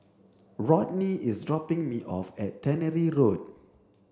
Rodney is dropping me off at Tannery Road